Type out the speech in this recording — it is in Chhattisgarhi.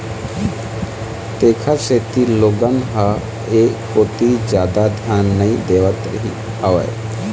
तेखर सेती लोगन ह ऐ कोती जादा धियान नइ देवत रहिस हवय